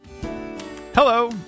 Hello